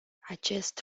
acest